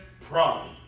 pride